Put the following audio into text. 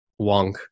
wonk